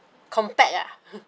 compact ah